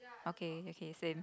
okay okay same